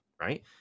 right